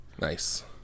Nice